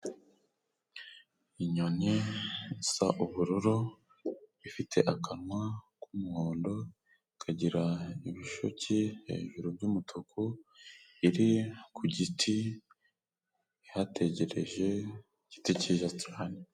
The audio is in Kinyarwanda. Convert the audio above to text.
Inyoni isa ubururu, ifite akanwa k'umuhondo, ikagira ibishuki hejuru by'umutuku, iri ku giti ihategereje, igiti cyiza.